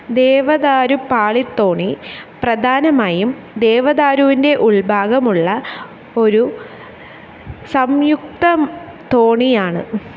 ദേവദാരുപ്പാളിത്തോണി പ്രധാനമായും ദേവദാരുവിന്റെ ഉള്ഭാഗമുള്ള ഒരു സംയുക്തം തോണിയാണ്